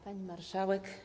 Pani Marszałek!